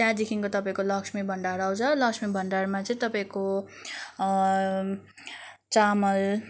त्यहाँदेखिको तपाईँको लक्ष्मी भण्डार आउँछ लक्ष्मी भण्डारमा चाहिँ तपाईँको चामल